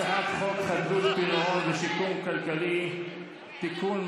הצעת חוק חדלות פירעון ושיקום כלכלי (תיקון,